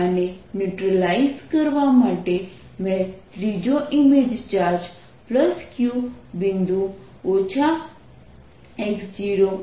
આને ન્યૂટ્રલાઇઝ કરવા માટે મેં ત્રીજો ઇમેજ ચાર્જ q બિંદુ x0 y0 પર મુક્યો છે